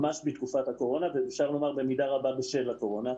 ממש בתקופת הקורונה ואפשר לומר במידה רבה בשל הקורונה,